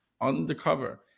undercover